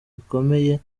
gikomeye